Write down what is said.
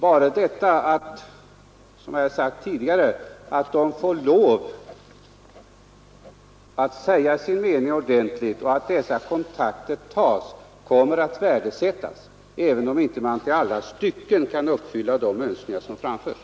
Bara detta att de, som jag sagt tidigare, får säga sin mening ordentligt och att kontakter tas kommer att värdesättas, även om man inte till alla delar kan uppfylla de önskemål som framförs.